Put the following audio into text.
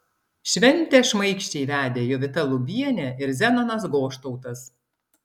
šventę šmaikščiai vedė jovita lubienė ir zenonas goštautas